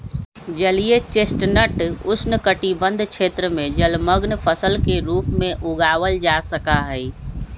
जलीय चेस्टनट उष्णकटिबंध क्षेत्र में जलमंग्न फसल के रूप में उगावल जा सका हई